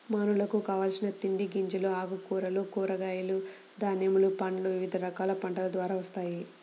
మానవులకు కావలసిన తిండి గింజలు, ఆకుకూరలు, కూరగాయలు, ధాన్యములు, పండ్లు వివిధ రకాల పంటల ద్వారా వస్తాయి